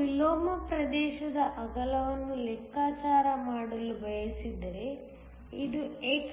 ನೀವು ವಿಲೋಮ ಪ್ರದೇಶದ ಅಗಲವನ್ನು ಲೆಕ್ಕಾಚಾರ ಮಾಡಲು ಬಯಸಿದರೆ ಇದು x